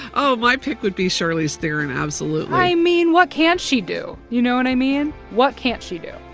oh, my pick would be charlize theron, absolutely i mean, what can't she do? you know what i mean? what can't she do?